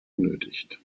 benötigt